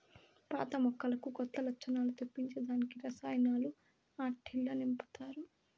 పాత మొక్కలకు కొత్త లచ్చణాలు తెప్పించే దానికి రసాయనాలు ఆట్టిల్ల నింపతారు